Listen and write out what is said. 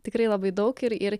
tikrai labai daug ir ir